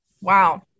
wow